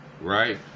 right